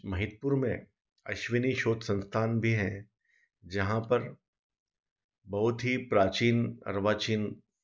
महितपुर में अश्विनी शोध संस्थान भी है जहाँ पर बहुत ही प्राचीन अर्बाचीन